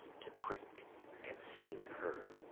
to prick and sting her.